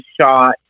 shot